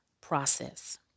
process